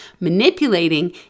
Manipulating